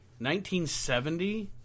1970